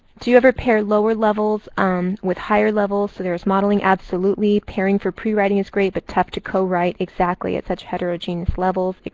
do you ever pair lower levels um with higher levels so there's modeling absolutely? pairing for pre-writing is great, but tough to co-write. exactly. at such heterogeneous levels.